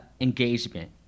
Engagement